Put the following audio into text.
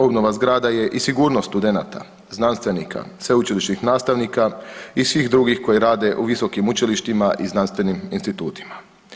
Obnova zgrada je i sigurnost studenata, znanstvenika, sveučilišnih nastavnika i svih drugih koji rade u visokim učilištima i znanstvenim institutima.